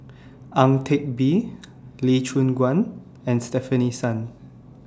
Ang Teck Bee Lee Choon Guan and Stefanie Sun